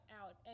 out